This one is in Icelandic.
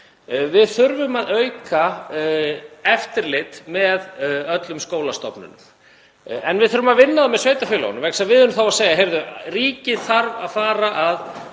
Við þurfum að auka eftirlit með öllum skólastofnunum. En við þurfum að vinna með sveitarfélögunum vegna þess að við erum þá að segja: Heyrðu, ríkið þarf að fara að